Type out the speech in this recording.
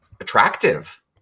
attractive